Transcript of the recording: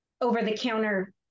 over-the-counter